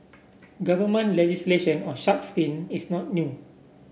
government legislation on shark's fin is not new